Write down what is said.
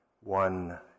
one